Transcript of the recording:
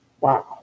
Wow